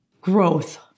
growth